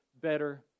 better